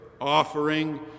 offering